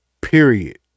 period